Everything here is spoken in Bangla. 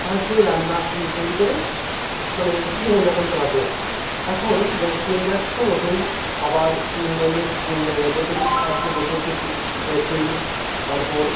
সার যে রান্না তৈরি করি মানে জীবনযাপন চালাতো এখন গ্যাস সিলিন্ডার তো বটেই আবার অনেক মানে বৈদ্যুতিক সাহায্যে বৈদ্যুতিক মেশিন তারপর